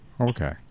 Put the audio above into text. Okay